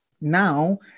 Now